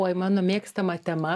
oi mano mėgstama tema